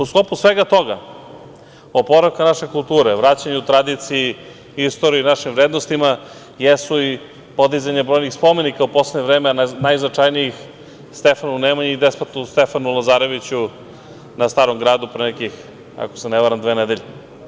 U sklopu svega toga, oporavka naše kulture, vraćanju tradiciji, istoriji, našim vrednostima jesu i podizanje brojnih spomenika u poslednje vreme, najznačajnijih Stefanu Nemanji i despotu Stefanu Lazareviću na Starom gradu pre nekih, ako se ne varam, dve nedelje.